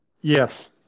Yes